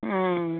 ହଁ